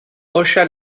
hocha